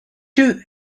two